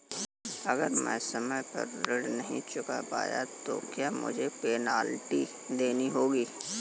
अगर मैं समय पर ऋण नहीं चुका पाया तो क्या मुझे पेनल्टी देनी होगी?